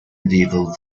medieval